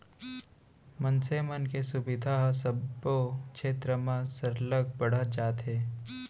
मनसे मन के सुबिधा ह सबो छेत्र म सरलग बढ़त जात हे